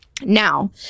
Now